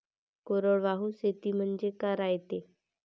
कोरडवाहू शेती म्हनजे का रायते?